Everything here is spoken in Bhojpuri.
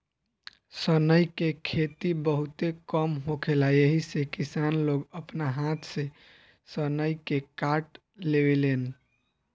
सनई के खेती बहुते कम होखेला एही से किसान लोग आपना हाथ से सनई के काट लेवेलेन